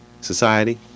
Society